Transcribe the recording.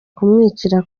kumwicira